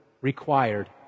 required